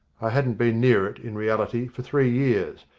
i hadn't been near it, in reality, for three years,